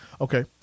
Okay